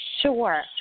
Sure